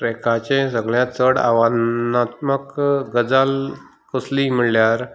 ट्रेकाचे सगल्यांत चड आव्हानात्मक गजाल कसली म्हणल्यार